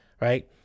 right